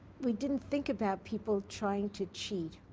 we didn't think about people trying to cheat.